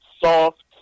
soft